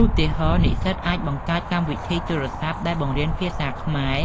ឧទាហរណ៍ និស្សិតអាចបង្កើតកម្មវិធីទូរស័ព្ទដែលបង្រៀនភាសាខ្មែរ